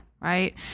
right